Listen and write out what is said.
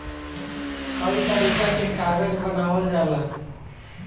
कई तरीका के कागज बनावल जाला